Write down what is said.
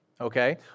Okay